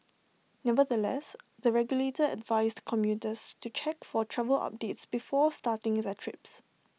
nevertheless the regulator advised commuters to check for travel updates before starting their trips